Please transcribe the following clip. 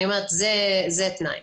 זה תנאי.